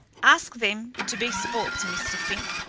ask them to be sports, mr. fink,